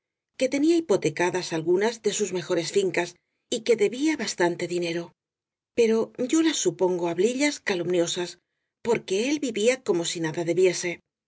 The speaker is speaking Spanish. que te nía hipotecadas algunas de sus mejores fincas y que debía bastante dinero pero yo las supongo hablillas calumniosas porque él vivía como si nada debiese